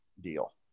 deal